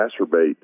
exacerbate